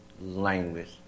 language